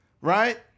right